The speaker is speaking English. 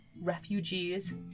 refugees